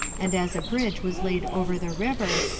and as a bridge was laid over the river,